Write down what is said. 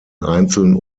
einzeln